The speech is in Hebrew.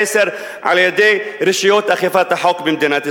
על-ידי רשויות אכיפת החוק במדינת ישראל.